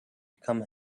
become